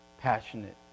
passionate